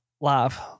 live